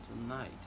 tonight